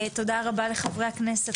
תודה רבה לחברי הכנסת,